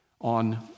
on